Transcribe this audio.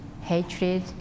hatred